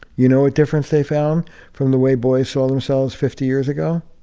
you know what difference they found from the way boys saw themselves fifty years ago?